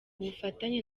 bufatanye